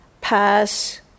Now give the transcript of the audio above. pass